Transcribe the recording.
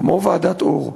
כמו ועדת אור,